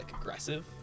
aggressive